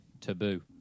taboo